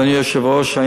אדוני היושב-ראש, תודה.